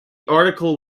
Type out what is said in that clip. article